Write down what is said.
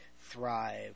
thrive